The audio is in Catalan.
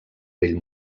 vell